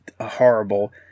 horrible